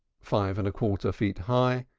five and a quarter feet high,